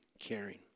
caring